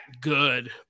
good